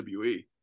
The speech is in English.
WWE